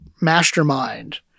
mastermind